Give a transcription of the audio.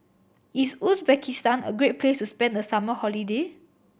is Uzbekistan a great place to spend the summer holiday